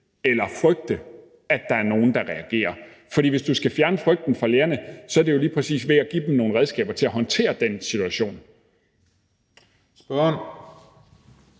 eller frygte, at der er nogle, der reagerer. Men hvis du skal fjerne frygten hos lærerne, er det jo lige præcis ved at give dem nogle redskaber til at håndtere den situation. Kl.